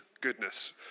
goodness